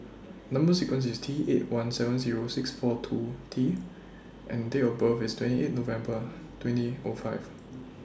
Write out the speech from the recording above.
Number sequence IS T eight one seven Zero six four two T and Date of birth IS twenty eight November twenty O five